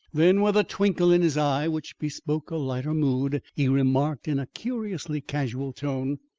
then, with a twinkle in his eye which bespoke a lighter mood, he remarked in a curiously casual tone.